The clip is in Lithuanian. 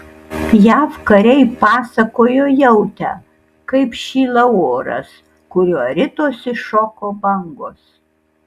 jav kariai pasakojo jautę kaip šyla oras kuriuo ritosi šoko bangos